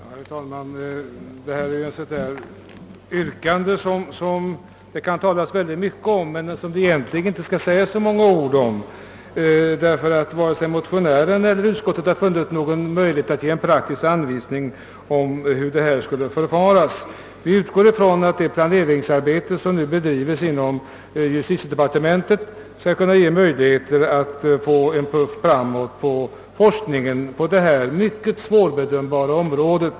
Herr talman! Denna motion innehåller ett sådant där yrkande, som det kan talas väldigt mycket om men som egentligen inte bör föranleda någon längre debatt. Varken motionärerna eller utskottet har nämligen sett någon möjlighet att ge en praktisk anvisning om hur man bör förfara för att förverkliga önskemålen. Vi inom utskottet utgår ifrån att det planeringsarbete som nu bedrives inom justitiedepartementet skall ge en puff framåt för forskningen på detta mycket svårbedömbara område.